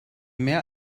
mehr